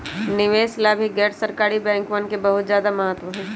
निवेश ला भी गैर सरकारी बैंकवन के बहुत ज्यादा महत्व हई